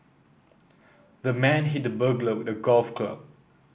the man hit the burglar with a golf club